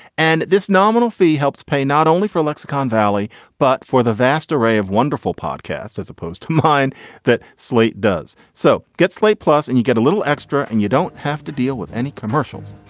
and this nominal fee helps pay not only for lexicon valley but for the vast array of wonderful podcasts as opposed to mine that slate does. so get slate plus and you get a little extra and you don't have to deal with any commercials.